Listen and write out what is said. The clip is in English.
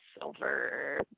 silver